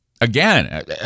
again